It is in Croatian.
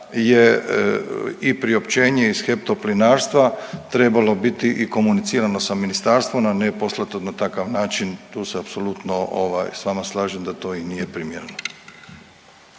je i priopćenje iz HEP Toplinarstva trebalo biti i komunicirano sa Ministarstvom, a ne poslati .../Govornik se ne razumije./... takav način, tu se apsolutno ovaj samo slažem da to i nije primjereno.